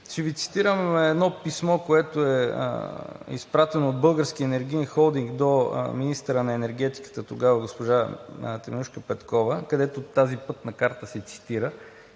Ще Ви цитирам едно писмо, което е изпратено от Българския енергиен холдинг до министъра на енергетиката – тогава госпожа Теменужка Петкова, където тази пътна карта се цитира,